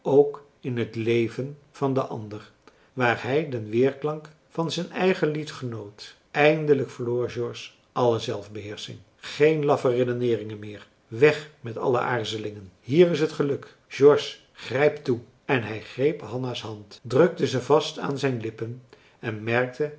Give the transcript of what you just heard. ook in het leven van den ander waar hij den weerklank van zijn eigen lied genoot eindelijk verloor george alle zelfbeheersching geen laffe redeneeringen meer weg met alle aarzelingen hier is het geluk george grijp toe en hij greep hanna's hand drukte ze vast aan zijn lippen en merkte